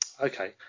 okay